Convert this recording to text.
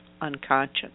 unconscious